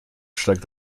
steigt